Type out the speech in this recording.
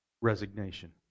resignation